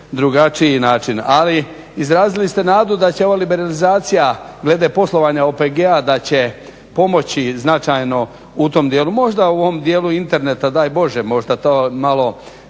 drugačiji način, ali izrazili ste nadu da će ova liberalizacija glede poslovanja OPG-a, da će pomoći značajno u tom dijelu, možda u ovom dijelu interneta, daj Bože, možda to malo